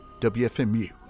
WFMU